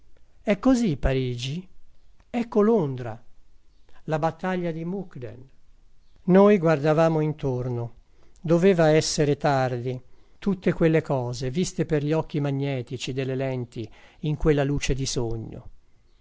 è così parigi ecco londra la battaglia di muckden noi guardavamo intorno doveva essere tardi tutte quelle cose viste per gli occhi magnetici delle lenti in quella luce di sogno